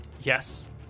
yes